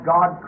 God